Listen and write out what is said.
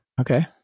Okay